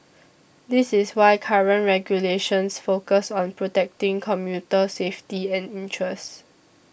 this is why current regulations focus on protecting commuter safety and interests